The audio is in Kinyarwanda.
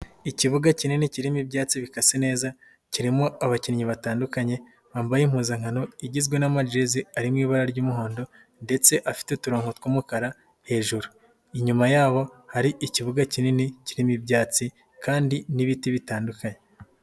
Ikibuga kinini kirimo ibyatsi bikase neza, kirimo abakinnyi batandukanye bambaye impuzankano igizwe n'amajezi ari mu ibara ry'umuhondo ndetse afite uturonko tw'umukara hejuru, inyuma yabo hari ikibuga kinini kirimo ibyatsi kandi n'ibiti bitandukanye.